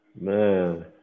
Man